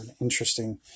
interesting